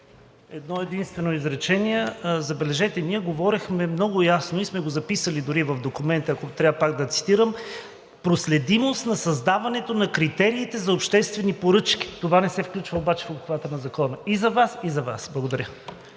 Едно-единствено изречение. Забележете, ние говорихме много ясно и сме го записали дори в документа, ако трябва пак да цитирам: „Проследимост на създаването на критериите за обществени поръчки“. Това не се включва обаче в обхвата на Закона и за Вас, и за Вас. (Посочва